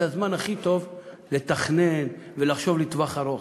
זה הזמן הכי טוב לתכנן ולחשוב לטווח ארוך.